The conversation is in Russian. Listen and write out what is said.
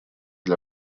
для